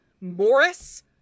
Morris